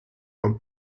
from